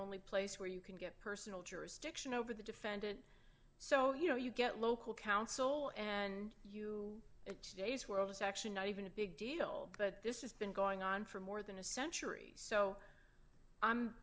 only place where you can get personal jurisdiction over the defendant so you know you get local counsel and you get days where i was actually not even a big deal but this is been going on for more than a century so i'm